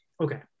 Okay